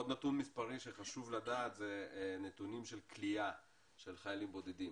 עוד נתון מספי שחשוב לדעת זה נתונים של כליאה של חיילים בודדים,